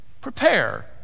Prepare